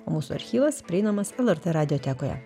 o mūsų archyvas prieinamas lrt radiotekoje